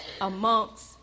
amongst